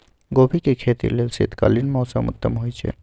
गोभी के खेती लेल शीतकालीन मौसम उत्तम होइ छइ